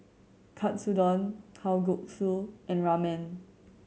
Katsudon Kalguksu and Ramen